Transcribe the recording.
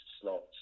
slots